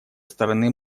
стороны